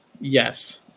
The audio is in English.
yes